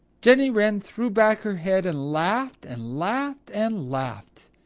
jenny wren threw back her head and laughed and laughed and laughed.